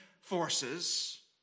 forces